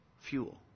fuel